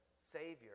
savior